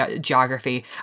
geography